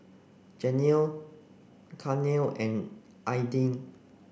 Janelle Gaynell and Aidyn